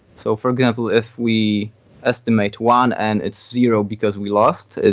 so for example, if we estimate one and its zero because we lost,